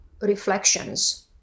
reflections